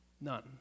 None